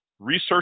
research